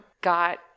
got